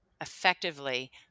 effectively